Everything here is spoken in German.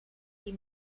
die